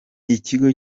ikigo